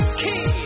key